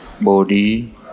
Body